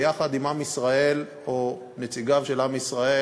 ביחד עם עם ישראל או נציגיו של עם ישראל